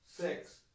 six